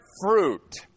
fruit